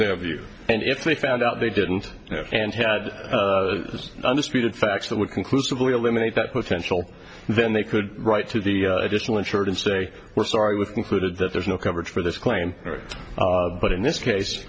their view and if they found out they didn't and had a mistreated facts that we conclusively eliminate that potential then they could write to the additional insured and say we're sorry with concluded that there's no coverage for this claim but in this case